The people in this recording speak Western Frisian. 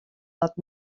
dat